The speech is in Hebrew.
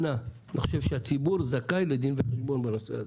אני חושב שהציבור זכאי לדין וחשבון בנושא.